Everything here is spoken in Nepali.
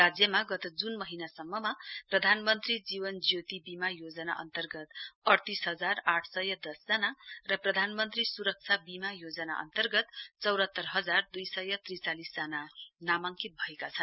राज्यमा गत जुन महीना सम्ममा प्रधानमन्त्री जीवन ज्योति वीमा योजना अन्तर्गत अइतीस हजार आठ सय दस जना र प्रधानमन्त्री सुरक्षा वीमा योजना अन्तर्गत चौरावर हजार दुई सय त्रिचालिस जना नामाङ्कित भएका छन्